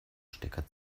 stecker